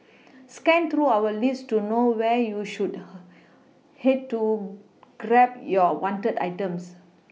scan through our list to know where you should her head to to grab your wanted items